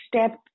step